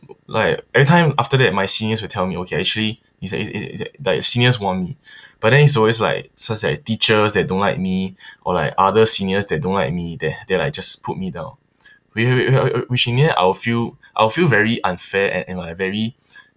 like every time after that my seniors would tell me okay actually it's like it's like seniors warn me but then it's always like it's always like teachers that don't like me or like other seniors that don't like me they they're like just put me down which in the end I will feel I will feel very unfair and and like very